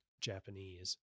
Japanese